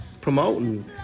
promoting